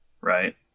Right